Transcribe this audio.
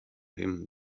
him